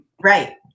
right